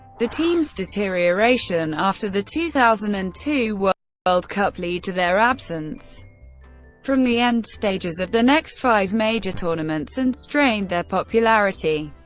the team's deterioration after the two thousand and two world world cup lead to their absence from the end stages of the next five major tournaments, and strained their popularity.